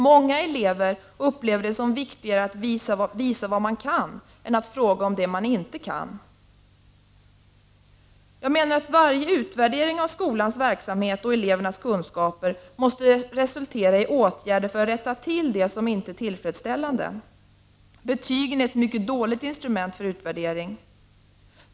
Många elever upplever det som viktigare att visa vad man kan än att fråga om det man inte kan. Jag menar att varje utvärdering av skolans verksamhet och elevernas kunskaper måste resultera i åtgärder för att rätta till det som inte är tillfredsställande. Betygen är ett mycket dåligt instrument för utvärdering.